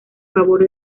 favor